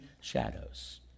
shadows